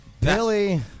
Billy